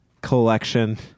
collection